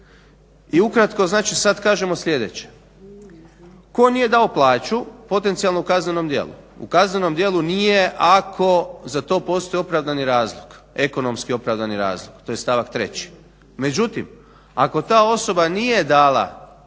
i ukratko, znači sad kažemo sljedeće: tko nije dao plaću potencijalno je u kaznenom djelu. U kaznenom djelu nije ako za to postoji opravdani razlog, ekonomski opravdani razlog. To je stavak 3. Međutim, ako ta osoba nije dala obračun